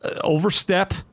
overstep